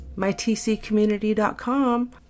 mytccommunity.com